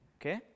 Okay